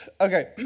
Okay